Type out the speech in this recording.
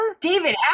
david